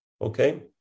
Okay